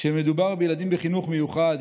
כשמדובר בילדים בחינוך מיוחד,